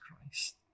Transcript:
Christ